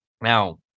now